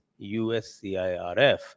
USCIRF